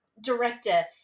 director